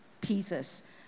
pieces